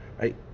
Right